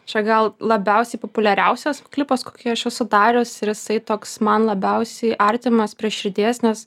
čia gal labiausiai populiariausias klipas kokį aš esu dariusi ir jisai toks man labiausiai artimas prie širdies nes